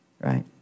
right